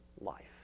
life